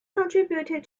contributed